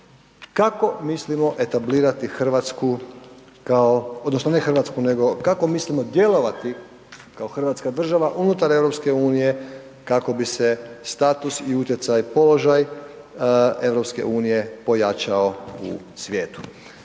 Kako mislimo etablirati Hrvatsku kao, odnosno ne Hrvatsku nego kako mislimo djelovati kao Hrvatska država unutar EU kako bi se status i utjecaj, položaj EU pojačao u svijetu.